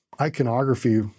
iconography –